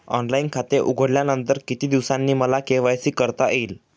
Online खाते उघडल्यानंतर किती दिवसांनी मला के.वाय.सी करता येईल?